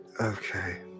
Okay